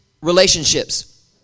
relationships